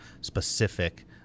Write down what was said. specific